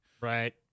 Right